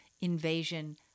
invasion